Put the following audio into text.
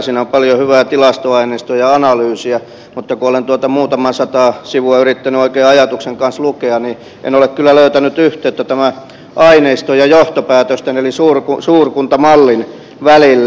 siinä on paljon hyvää tilastoaineistoa ja analyysia mutta kun olen tuota muutamaa sataa sivua yrittänyt oikein ajatuksen kanssa lukea niin en ole kyllä löytänyt yhteyttä tämän aineiston ja johtopäätösten eli suurkuntamallin välille